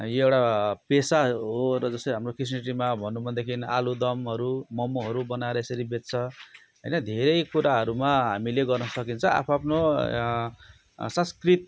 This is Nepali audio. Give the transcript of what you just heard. यो एउटा पेसा हो र जसरी हाम्रो क्रिस्टानिटीमा भनौँ भनेदेखि आलुदमहरू ममहरू बनाएर यसरी बेच्छ होइन धेरै कुराहरूमा हामीले गर्न सकिन्छ आफ आफ्नो संस्कृति